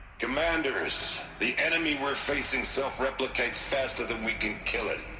commanders. the enemy we're facing self-replicates faster than we can kill it.